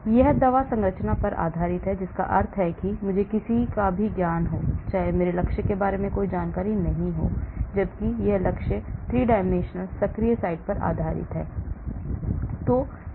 इसलिए यह दवा संरचना पर आधारित है जिसका अर्थ है कि मुझे किसी भी ज्ञान मेरे लक्ष्य के बारे में कोई जानकारी नहीं है जबकि यह लक्ष्य 3 आयामी सक्रिय साइट पर आधारित है